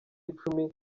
icumi